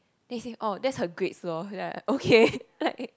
then he say oh that's her grades lor then I like okay like